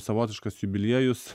savotiškas jubiliejus